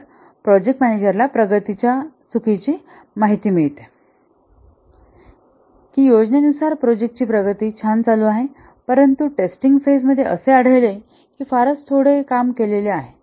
तर प्रोजेक्ट मॅनेजरलाप्रोजेक्टच्या प्रगतीची चुकीची माहिती मिळते की योजनेनुसार प्रोजेक्ट ची प्रगती छान चालू आहे परंतु टेस्टिंग फेज मध्ये असे आढळले की फारच थोडे केले गेले आहे